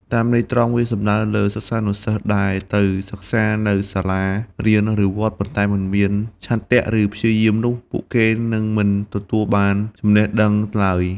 តាមន័យត្រង់ វាសំដៅលើសិស្សានុសិស្សដែលទៅសិក្សានៅសាលារៀន ឬវត្ត ប៉ុន្តែមិនមានឆន្ទៈ ឬព្យាយាមនោះ ពួកគេនឹងមិនទទួលបានចំណេះដឹងឡើយ។